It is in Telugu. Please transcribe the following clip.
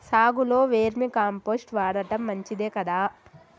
సాగులో వేర్మి కంపోస్ట్ వాడటం మంచిదే కదా?